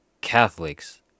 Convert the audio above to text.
Catholics